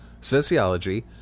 sociology